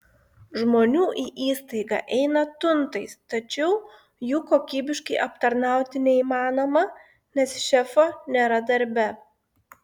žmonių į įstaigą eina tuntais tačiau jų kokybiškai aptarnauti neįmanoma nes šefo nėra darbe